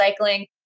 recycling